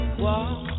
walk